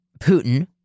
Putin